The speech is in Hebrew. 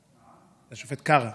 השופט קרא,